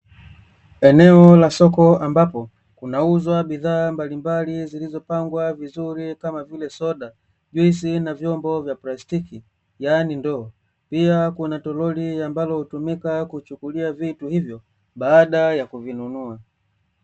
Eneo la soko ambapo kunauzwa bidhaa mbalimbali, zilizopangwa vizuri kama vile soda, juisi na vyombo vya plastiki; yaani ndoo, pia kuna toroli ambalo hutumika kuchukulia vitu hivyo baada ya kuvinunua.